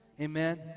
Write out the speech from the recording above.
Amen